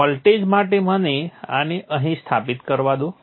voltage માટે મને આને અહીં સ્થાપિત કરવા દો